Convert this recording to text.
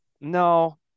No